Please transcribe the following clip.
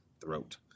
throat